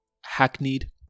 hackneyed